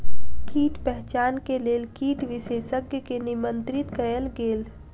कीट पहचान के लेल कीट विशेषज्ञ के निमंत्रित कयल गेल